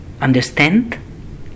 understand